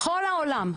בכל העולם,